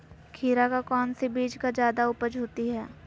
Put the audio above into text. खीरा का कौन सी बीज का जयादा उपज होती है?